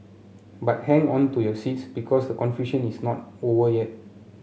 but hang on to your seats because the confusion is not over yet